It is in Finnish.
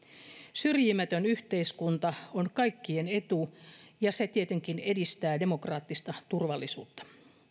syrjimätön yhteiskunta on kaikkien etu ja se tietenkin edistää demokraattista turvallisuutta